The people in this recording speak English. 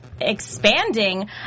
expanding